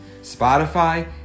Spotify